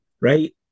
right